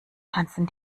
tanzen